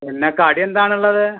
പിന്നെ കടിയെന്താണുള്ളത്